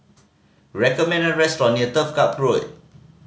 recommend a restaurant near Turf Ciub Road